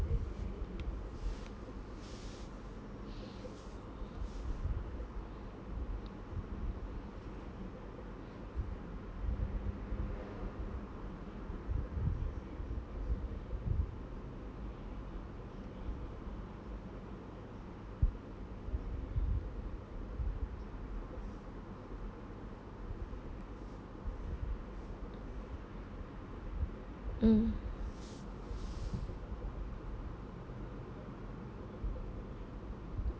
mm